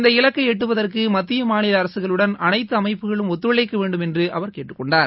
இந்த இலக்கை எட்டுவதற்கு மத்திய மாநில அரசுகளுடன் அனைத்து அமைப்புகளும் ஒத்துழைக்க வேண்டும் என்று அவர் கேட்டுகொண்டார்